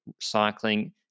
cycling